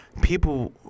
people